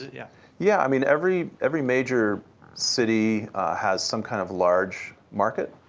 yeah yeah. i mean every every major city has some kind of large market.